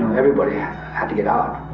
everybody had to get out,